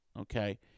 okay